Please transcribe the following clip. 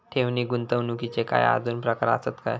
ठेव नी गुंतवणूकचे काय आजुन प्रकार आसत काय?